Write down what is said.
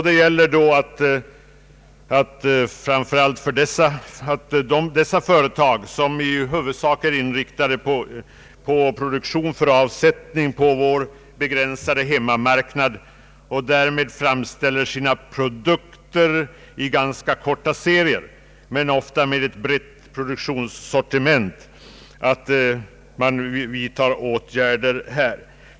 Det gäller då att vidtaga åtgärder framför allt för dessa företag, som i huvudsak är inriktade på produktion för avsättning på vår begränsade hemmamarknad och därmed framställer sina produkter i ganska korta serier men ofta med ett brett produktionssortiment.